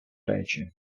речі